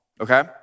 okay